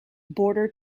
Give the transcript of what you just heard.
border